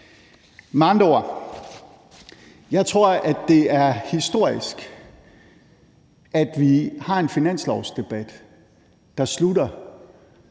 andre ord tror jeg, at det er historisk, at vi har en finanslovsdebat, der slutter